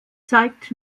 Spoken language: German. zeigt